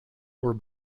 were